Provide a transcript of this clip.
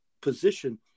position